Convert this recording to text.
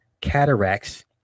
cataracts